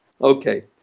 Okay